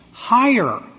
higher